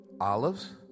Olives